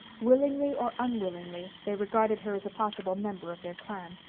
willingly or unwillingly, they regarded her as a possible member of their clan.